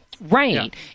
right